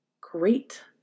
great